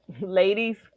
ladies